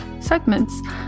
segments